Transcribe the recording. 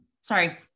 Sorry